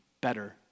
better